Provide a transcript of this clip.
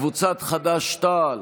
קבוצת סיעת חד"ש-תע"ל,